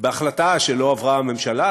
בהחלטה שלא עברה ממשלה,